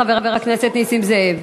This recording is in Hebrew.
חבר הכנסת נסים זאב.